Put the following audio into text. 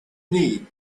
need